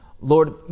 Lord